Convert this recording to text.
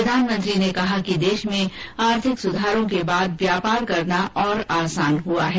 प्रधानमंत्री ने कहा कि देश में आर्थिक सुधारों के बाद व्यापार करना और आसान हुआ है